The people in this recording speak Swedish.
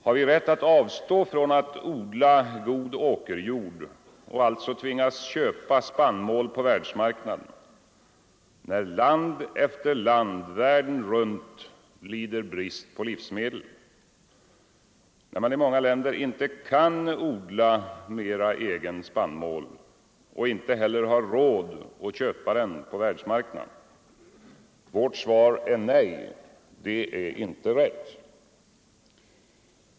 Har vi rätt att avstå från att odla god åkerjord och alltså tvingas köpa spannmål på världsmarknaden, när land efter land världen runt lider brist på livsmedel, när man i många länder inte kan odla egen spannmål och inte heller har råd att köpa på världsmarknaden? Vårt svar är nej — det är inte rätt.